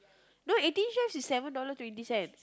no Eighteen-Chefs is seven dollar twenty cent